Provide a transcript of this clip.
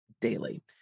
daily